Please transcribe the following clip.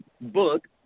book